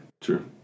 True